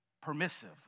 permissive